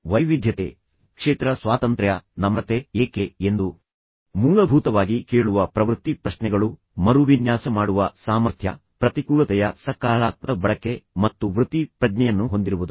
ವೈವಿಧ್ಯತೆಯ ಸಂಭ್ರಮಾಚರಣೆ ಕ್ಷೇತ್ರ ಸ್ವಾತಂತ್ರ್ಯ ನಮ್ರತೆ ಏಕೆ ಎಂದು ಮೂಲಭೂತವಾಗಿ ಕೇಳುವ ಪ್ರವೃತ್ತಿ ಪ್ರಶ್ನೆಗಳು ಮರುವಿನ್ಯಾಸ ಮಾಡುವ ಸಾಮರ್ಥ್ಯ ಪ್ರತಿಕೂಲತೆಯ ಸಕಾರಾತ್ಮಕ ಬಳಕೆ ಮತ್ತು ವೃತ್ತಿ ಪ್ರಜ್ಞೆಯನ್ನು ಹೊಂದಿರುವುದು